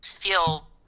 feel